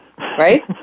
Right